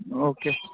okay